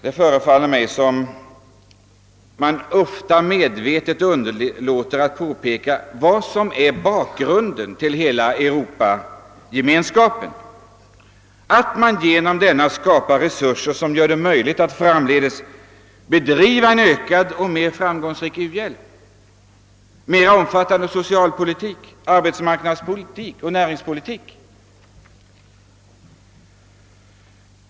Det förefaller mig som om man ofta medvetet underlåter att påpeka vad som är bakgrunden till hela Europagemenskapen: genom denna skapar vi resurser som gör det möjligt att framdeles bedriva en ökad och mer framgångsrik u-hjälp, att föra en mer omfattande socialpolitik, arbetsmarknadspolitik och näringspolitik.